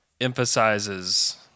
emphasizes